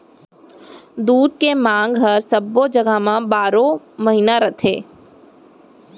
दूद के मांग हर सब्बो जघा म बारो महिना रथे